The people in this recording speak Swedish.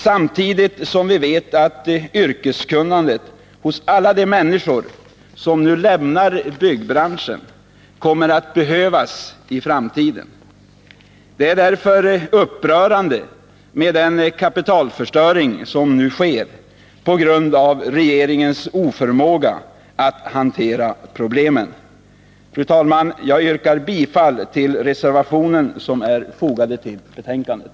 Samtidigt vet vi att yrkeskunnandet hos alla de människor som nu lämnar byggnadsbranschen kommer att behövas i framtiden. Det är därför upprörande med den kapitalförstöring som nu sker på grund av regeringens oförmåga att hantera problemen. Fru talman! Jag yrkar bifall till den reservation som är fogad vid betänkandet.